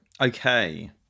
Okay